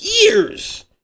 years